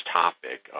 topic